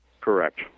Correct